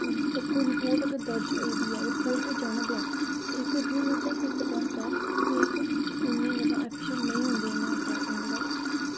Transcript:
अगर कोई रपोट दर्ज होई दी ऐ ते कोर्ट जाना पेआ ते ओह् इक्क रूरल पीपुल आस्तै इन्ने ऑप्शन नेईं होंदे इन्ने पैसे दे